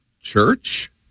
Church